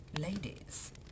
Ladies